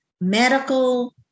medical